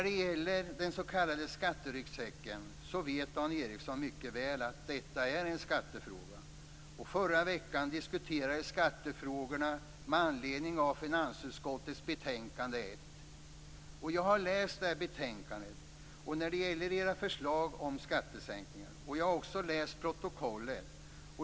Dan Ericsson vet mycket väl att frågan om den s.k. skatteryggsäcken är en skattefråga. Förra veckan diskuterades skattefrågorna med anledning av finansutskottets betänkande 1. Jag har läst betänkandet och era förslag om skattesänkningar. Jag har också läst protokollet.